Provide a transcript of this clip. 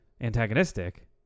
antagonistic